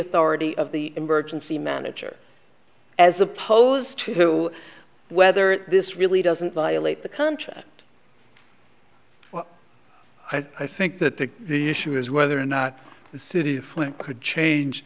authority of the emergency manager as opposed to whether this really doesn't violate the contract i think that the issue is whether or not the city flint could change